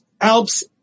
Alps